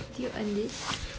did you earn this